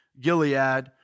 Gilead